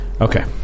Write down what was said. Okay